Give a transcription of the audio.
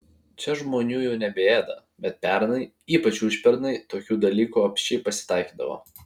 čia žmonių jau nebeėda bet pernai ypač užpernai tokių dalykų apsčiai pasitaikydavo